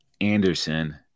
Anderson